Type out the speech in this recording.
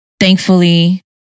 thankfully